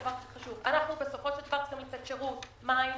אנחנו בסופו של דבר צריכים לתת שירות - מים,